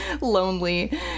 lonely